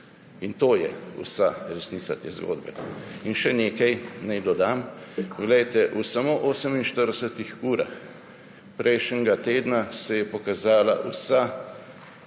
In to je vsa resnica te zgodbe. Še nekaj naj dodam. Glejte, v samo 48 urah prejšnjega tedna se je pokazala vsa